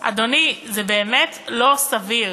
אדוני, זה באמת לא סביר.